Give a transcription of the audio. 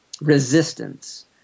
resistance